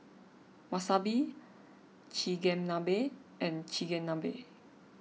Wasabi Chigenabe and Chigenabe